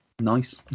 nice